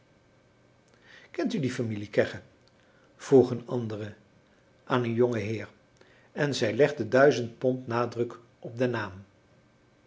kent u die familie kegge vroeg een andere aan een jongen heer en zij legde duizend pond nadruk op den naam